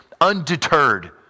undeterred